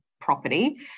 property